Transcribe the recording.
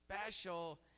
special